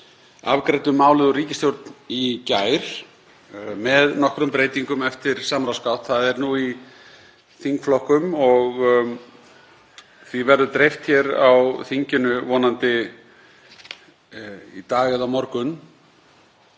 afgreiddum málið úr ríkisstjórn í gær með nokkrum breytingum eftir samráðsgátt. Það er nú í þingflokkum og verður því dreift hér á þinginu vonandi í dag eða á morgun.